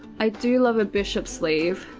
i do love a bishop sleeve,